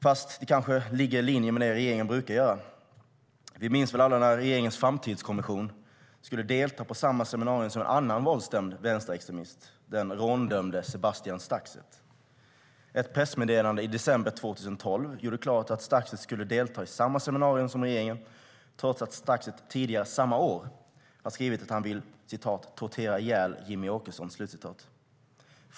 Fast det kanske ligger i linje med det regeringen brukar göra. Ett pressmeddelande i december 2012 gjorde klart att Stakset skulle delta i samma seminarium som regeringen trots att Stakset tidigare samma år skrev att han vill "tortera ihjäl Jimmie Åkesson".